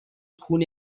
خون